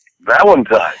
Valentine